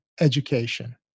Education